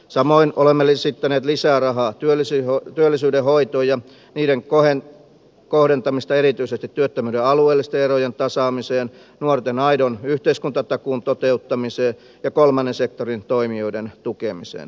samoin olemme esittäneet lisää rahaa työllisyyden hoitoon ja sen kohdentamista erityisesti työttömyyden alueellisten erojen tasaamiseen nuorten aidon yhteiskuntatakuun toteuttamiseen ja kolmannen sektorin toimijoiden tukemiseen